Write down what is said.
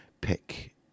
pick